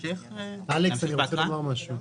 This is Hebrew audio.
אני רוצה לומר משהו.